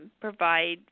provide